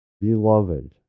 Beloved